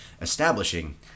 establishing